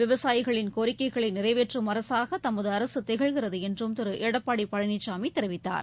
விவசாயிகளின் கோரிக்கைகளை நிறைவேற்றும் அரசாக தமது அரசு திகழ்கிறது என்றும் திரு எடப்பாடி பழனிசாமி தெரிவித்தார்